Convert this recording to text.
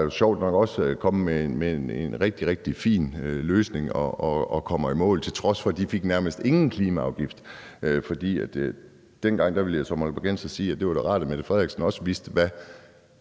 jo sjovt nok også kommet med en rigtig, rigtig fin løsning og kommer i mål, til trods for at de nærmest ingen klimaafgift fik. For dengang var det, vil jeg sige som aalborgenser, rart, at statsministeren også vidste, hvad